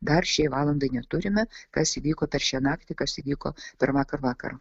dar šiai valandai neturime kas įvyko per šią naktį kas įvyko per vakar vakarą